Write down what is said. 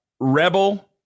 rebel